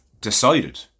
decided